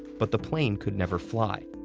but the plane could never fly.